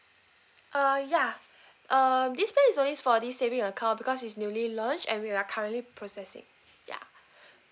uh ya uh this plan is only for this saving account because is newly launched and we are currently processing ya